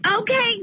Okay